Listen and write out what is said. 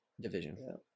division